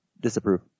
Disapprove